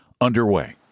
underway